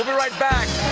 right back